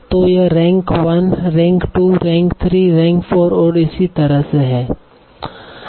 तो यह rank 1 rank 2 rank 3 rank 4 और इसी तरह है